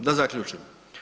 Da zaključim.